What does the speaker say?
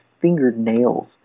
fingernails